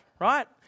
right